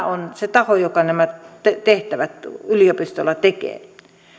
tämä on myös se taho joka nämä tehtävät yliopistolla tekee